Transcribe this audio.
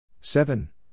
Seven